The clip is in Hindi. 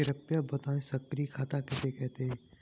कृपया बताएँ सक्रिय खाता किसे कहते हैं?